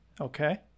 Okay